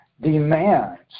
demands